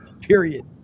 period